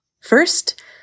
First